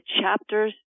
chapters